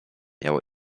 miało